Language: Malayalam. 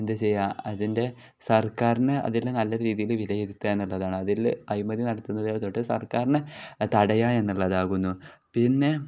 എന്താണ് ചെയ്യുക അതിൻ്റെ സർക്കാരിന് അതിൽ നല്ല രീതിയിൽ വിലയിരുത്തുക എന്നുള്ളതാണ് അതിൽ അഴിമതി നടത്തുന്നത് തൊട്ട് സർക്കാരിനെ തടയുക എന്നുള്ളതാകുന്നു പിന്നെ